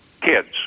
kids